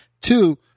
Two